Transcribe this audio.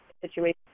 situation